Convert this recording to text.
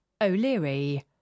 O'Leary